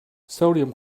sodium